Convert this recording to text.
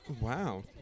Wow